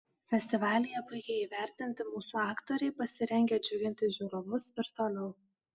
festivalyje puikiai įvertinti mūsų aktoriai pasirengę džiuginti žiūrovus ir toliau